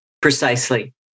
Precisely